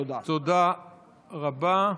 תודה רבה.